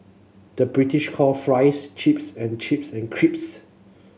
the British call fries chips and chips and creeps